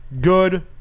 good